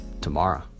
tomorrow